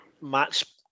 match